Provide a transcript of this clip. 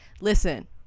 listen